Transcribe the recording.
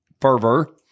fervor